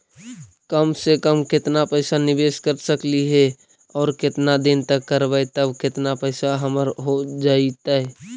कम से कम केतना पैसा निबेस कर सकली हे और केतना दिन तक करबै तब केतना पैसा हमर हो जइतै?